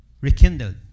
rekindled